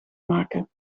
maken